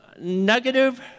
negative